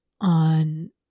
on